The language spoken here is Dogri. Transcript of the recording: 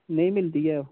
नेईं मिलदी ऐ